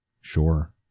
Sure